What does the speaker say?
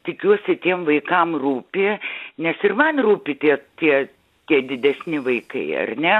tikiuosi tiem vaikam rūpi nes ir man rūpi tie tie tie didesni vaikai ar ne